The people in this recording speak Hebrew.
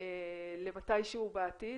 למתי שהוא בעתיד